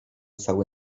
cały